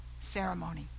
ceremony